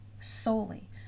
solely